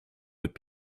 would